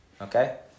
Okay